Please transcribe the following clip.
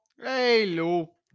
Hello